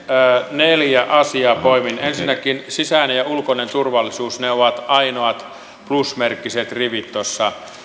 neljä asiaa poimin ensinnäkin sisäinen ja ulkoinen turvallisuus ne ovat ainoat plusmerkkiset rivit tuossa